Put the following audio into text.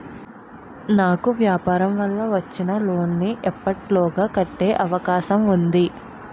నాకు వ్యాపార వల్ల వచ్చిన లోన్ నీ ఎప్పటిలోగా కట్టే అవకాశం ఉంది?